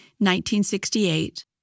1968